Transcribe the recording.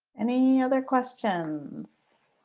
and any other questions.